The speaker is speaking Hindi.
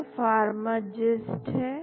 यह Pharmagist है